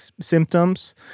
symptoms